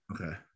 Okay